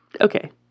Okay